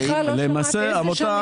סליחה, לא שמעתי את מספר השנים.